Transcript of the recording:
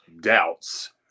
doubts